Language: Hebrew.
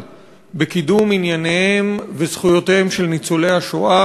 בקידום ענייניהם וזכויותיהם של ניצולי השואה,